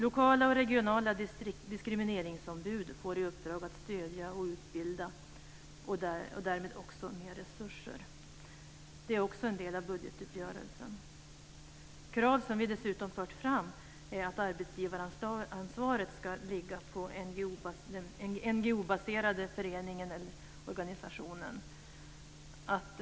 Lokala och regionala diskrimineringsombud får i uppdrag att stödja och utbilda och därmed också mer resurser. Det är också en del av budgetuppgörelsen. Krav som vi dessutom har fört fram är att arbetsgivaransvaret ska ligga på den NGO-baserade föreningen eller organisationen.